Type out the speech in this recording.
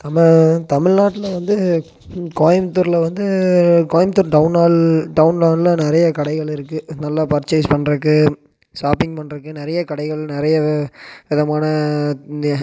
தமிழ் தமிழ் நாட்டில் வந்து கோயம்புத்தூரில் வந்து கோயம்புத்தூர் டவுன்னால் டவுன்னால்ல நிறைய கடைகள் இருக்குது நல்லா பர்சேஸ் பண்ணுறதுக்கு ஷாப்பிங் பண்ணுறதுக்கு நிறைய கடைகள் நிறையவே விதமான